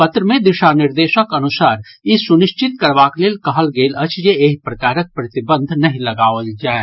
पत्र मे दिशा निर्देशक अनुसार ई सुनिश्चित करबाक लेल कहल गेल अछि जे एहि प्रकारक प्रतिबंध नहि लगाओल जाय